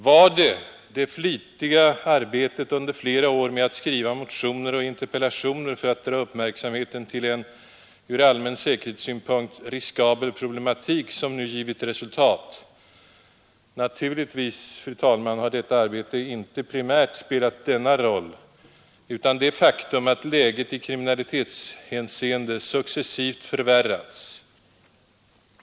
Var det vårt flitiga arbete under flera år med att skriva motioner och interpellationer för att dra uppmärksamheten till en ur allmän säkerhetssynpunkt riskabel problematik, som nu givit resultat? Naturligtvis, fru talman, har detta arbete inte primärt spelat denna roll, utan det är det faktum att läget i kriminalitetshänseende successivt förvärrats som ligger bakom.